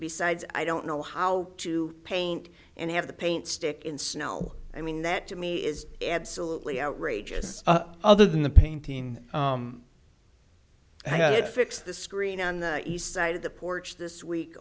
besides i don't know how to paint and have the paint stick in snow i mean that to me is absolutely outrageous other than the painting i had fixed the screen on the east side of the porch this week